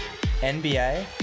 NBA